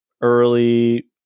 early